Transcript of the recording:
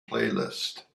playlist